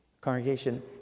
Congregation